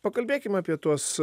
pakalbėkim apie tuos